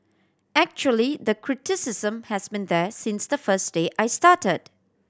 actually the criticism has been there since the first day I started